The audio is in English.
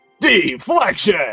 Deflection